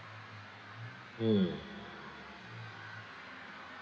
mm